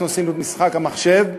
אנחנו עשינו את משחק המחשב,